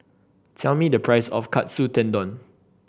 tell me the price of Katsu Tendon